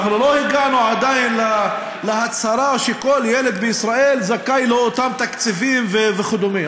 עוד לא הגענו להצהרה שכל ילד בישראל זכאי לאותם תקציבים וכדומה.